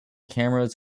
cameras